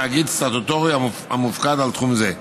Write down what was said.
תאגיד סטטוטורי המופקד על תחום זה.